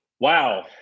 Wow